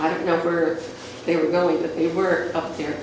i don't know where they were going to work up here